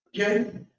okay